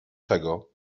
czego